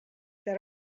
that